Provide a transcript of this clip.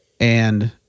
And-